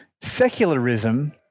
Secularism